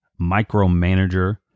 micromanager